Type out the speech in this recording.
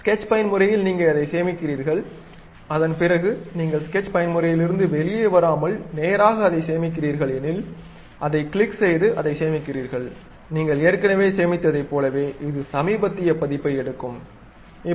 sketch பயன்முறையில் நீங்கள் அதைச் சேமித்தீர்கள் அதன் பிறகு நீங்கள் ஸ்கெட்ச் பயன்முறையிலிருந்து வெளியே வராமல் நேராக அதை சேமிக்கிறீர்கள் எனில் அதைக் கிளிக் செய்து அதைச் சேமிக்கிறீர்கள் நீங்கள் ஏற்கனவே சேமித்ததைப் போலவே இது சமீபத்திய பதிப்பை எடுக்கும் FL